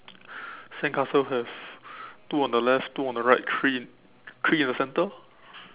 sandcastle have two on the left two on the right three in three in the center